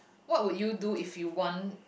what would you do if you won